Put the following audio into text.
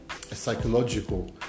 Psychological